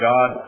God